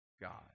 God